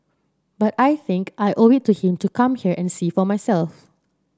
but I think I owe it to him to come here and see for myself